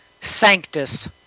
Sanctus